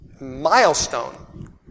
milestone